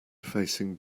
facing